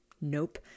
nope